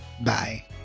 Bye